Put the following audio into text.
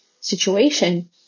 situation